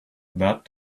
that